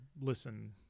listen